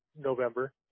November